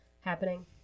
happening